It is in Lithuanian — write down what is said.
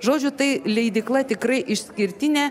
žodžiu tai leidykla tikrai išskirtinė